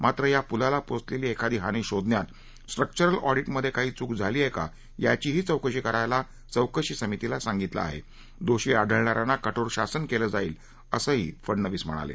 मात्र या पुलाला पोचलेली एखादी हानी शोधण्यात स्ट्रक्चरल ऑडीटमधे काही चुक झाली आहे का याचीही चौकशी करायला चौकशी समितीला सांगितलं आहे दोषी आढळणा यांना कठोर शासन केलं जाईल असं फडनवीस म्हणाले